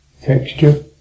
texture